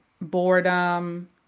boredom